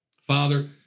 Father